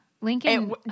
Lincoln